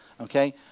Okay